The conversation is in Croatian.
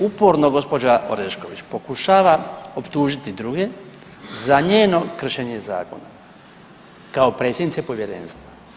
Uporno gospođa Orešković pokušava optužiti druge za njeno kršenje zakona kao predsjednice povjerenstva.